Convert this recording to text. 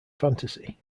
fantasy